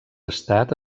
estat